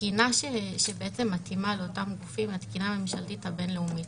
התקינה הממשלתית שמתאימה לאותם גופים התקינה הממשלתית הבין-לאומית.